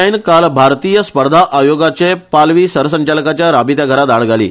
आयन काल भारतीय स्पर्धा आयोगाचे पालवी सरसंचालकाच्या राबित्या घरांत धाड घाली